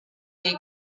dei